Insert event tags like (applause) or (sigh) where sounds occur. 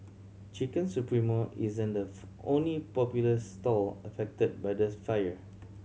Chicken Supremo isn't the (unintelligible) only popular stall affected by this fire